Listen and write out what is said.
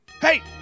Hey